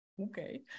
okay